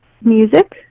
music